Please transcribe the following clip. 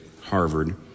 Harvard